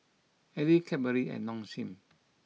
Elle Cadbury and Nong Shim